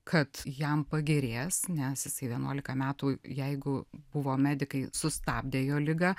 kad jam pagerės nes jisai vienuolika metų jeigu buvo medikai sustabdė jo ligą